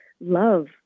love